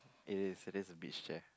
it is it is a beach chair